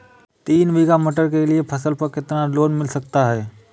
तीन बीघा मटर के लिए फसल पर कितना लोन मिल सकता है?